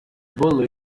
bully